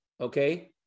okay